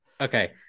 okay